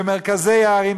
במרכזי הערים,